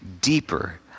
deeper